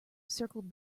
circled